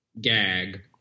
Gag